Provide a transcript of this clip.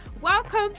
Welcome